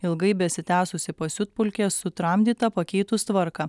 ilgai besitęsusi pasiutpolkė sutramdyta pakeitus tvarką